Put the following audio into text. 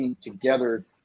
together